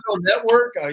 Network